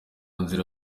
nzira